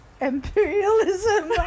imperialism